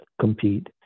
compete